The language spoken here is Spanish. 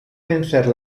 vencer